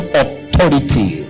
authority